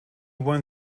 won